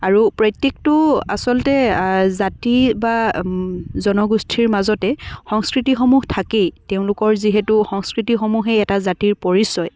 আৰু প্ৰত্যেকটো আচলতে জাতি বা জনগোষ্ঠীৰ মাজতে সংস্কৃতিসমূহ থাকেই তেওঁলোকৰ যিহেতু সংস্কৃতিসমূহেই এটা জাতিৰ পৰিচয়